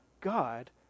God